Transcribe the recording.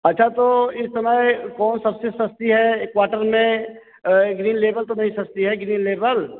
अच्छा तो इस समय कौन सबसे सस्ती है यह क्वार्टर में ग्रीन लेवल तो नहीं सस्ती है ग्रीन लेवल